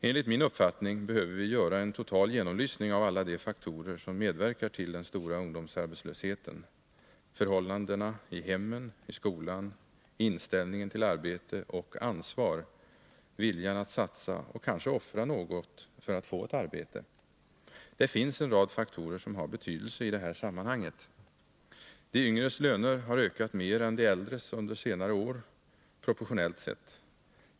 Enligt min uppfattning behöver vi göra en total genomlysning av alla de Nr 37 faktorer som medverkar till den stora ungdomsarbetslösheten: förhållan Fredagen den dena i hemmen, i skolan, inställningen till arbete och ansvar, viljan att satsa 28 november 1980 och kanske offra något för att få ett arbete. Det finns en rad faktorer som har betydelse i det här sammanhanget. De yngres löner har ökat mer än de äldres under senare år, proportionellt sett.